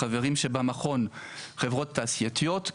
חברים שבמכון חברות תעשייתיות,